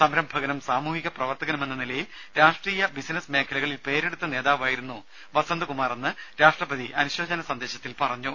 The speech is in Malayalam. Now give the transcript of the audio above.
സംരഭകനും സാമൂഹ്യ പ്രവർത്തകനുമെന്ന നിലയിൽ രാഷ്ട്രീയ ബിസിനസ് മേഖലകളിൽ പേരെടുത്ത നേതാവായിരുന്നു വസന്തകുമാറെന്ന് രാഷ്ട്രപതി അനുശോചന സന്ദേശത്തിൽ പറഞ്ഞു